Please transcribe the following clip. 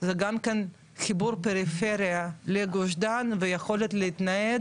זה גם חיבור פריפריה לגוש דן ויכולת להתנייד